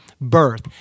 birth